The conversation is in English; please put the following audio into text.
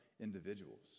individuals